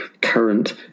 current